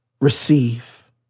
receive